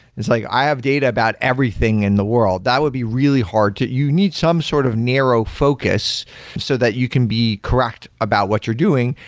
it's like, i have data about everything in the world. that would be really hard. you need some sort of narrow focus so that you can be correct about what you're doing,